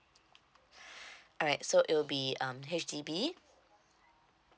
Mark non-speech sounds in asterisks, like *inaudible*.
*breath* alright so it will be um H_D_B